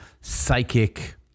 psychic